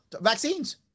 vaccines